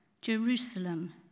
Jerusalem